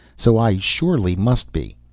so i surely must be.